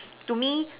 to me